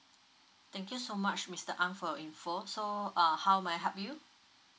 thank you so much mr ang for your info so err how may I help you